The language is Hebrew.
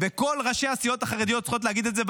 וכל ראשי הסיעות החרדיות צריכים להגיד את זה.